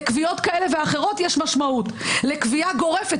לקביעה גורפת,